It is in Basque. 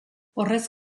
horrez